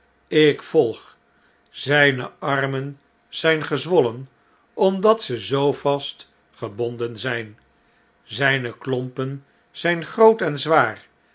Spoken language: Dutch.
ik volg zijne armen zjjn gezwollen omdat ze zoo vast gebonden zijn zjjne klompen zjjn groot en zwaar